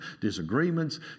disagreements